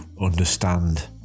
understand